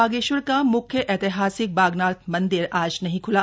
बागेश्वर का म्ख्य ऐतिहासिक बागनाथ मंदिर आज नहीं ख्ला